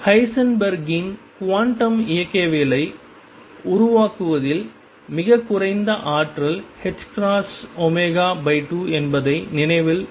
ஹைசன்பெர்க்கின் Heisenberg's quantum இயக்கவியலை உருவாக்குவதில் மிகக் குறைந்த ஆற்றல் ℏω2 என்பதை நினைவில் கொள்க